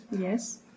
Yes